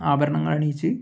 ആഭരണങ്ങൾ അണിയിച്ച്